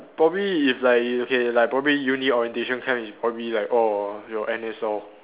probably it's like okay like probably uni orientation camp it's probably like orh your N_S lor